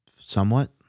somewhat